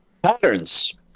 Patterns